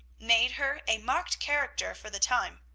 made her a marked character for the time.